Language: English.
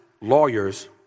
lawyers